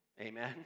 amen